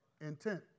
intent